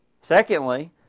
Secondly